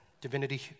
divinity